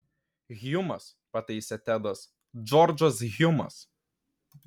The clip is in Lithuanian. hjumas pataisė tedas džordžas hjumas